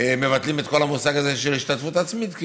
מבטלים את כל המושג הזה של השתתפות עצמית.